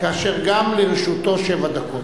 כאשר גם לרשותו שבע דקות.